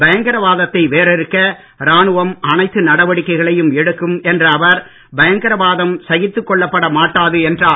பயங்கரவாதத்தை வேரறுக்க ராணுவம் அனைத்து நடவடிக்கைகளையும் எடுக்கும் என்ற அவர் பயங்கரவாதம் சகித்துக் கொள்ளப்பட மாட்டாது என்றார்